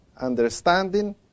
understanding